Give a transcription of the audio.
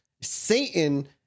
Satan